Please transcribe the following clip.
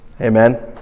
Amen